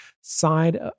side